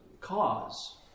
cause